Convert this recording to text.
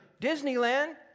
Disneyland